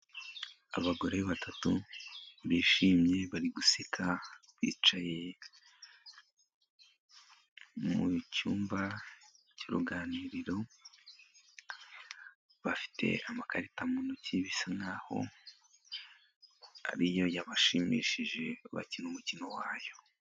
Abagore batatu bishimye bari guseka, bicaye mu cyumba cy'uruganiriro, bafite amakarita mu ntoki bisa nk'aho ari yo yabashimishije, bakina umukino wayo.